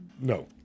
No